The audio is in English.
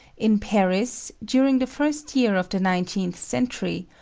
in paris, during the first year of the nineteenth century,